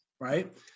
right